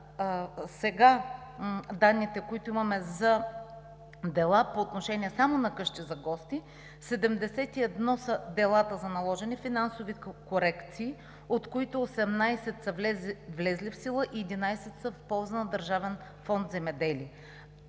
на данните, които имаме сега за дела по отношение само на къщи за гости – 71 са делата за наложени финансови корекции, от които 18 са влезли в сила и 11 са в полза на Държавен фонд „Земеделие“